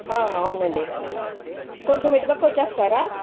అవునండి కొంచెం ఇటుపక్క వచ్చేస్తారా